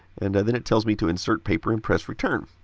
and then it tells me to insert paper and press return.